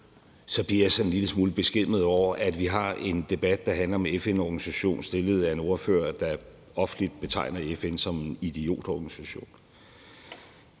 måde bliver jeg sådan en lille smule beskæmmet over, at vi har en debat, der handler om en FN-organisation, rejst af en ordfører, der offentligt betegner FN som en idiotorganisation;